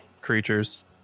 creatures